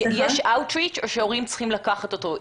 ההורים צריכים לקחת אותו?